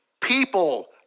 People